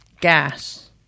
gas